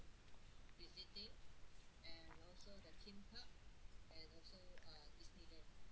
mm